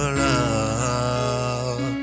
love